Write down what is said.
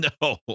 No